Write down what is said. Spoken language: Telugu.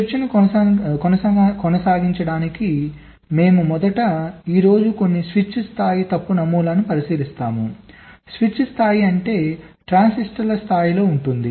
చర్చను కొనసాగించడానికి మేము మొదట ఈ రోజు కొన్ని స్విచ్ స్థాయి తప్పు నమూనాలను పరిశీలిస్తాము స్విచ్ స్థాయి అంటే ట్రాన్సిస్టర్ల స్థాయిలో ఉంటుంది